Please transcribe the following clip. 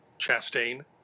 Chastain